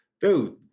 Dude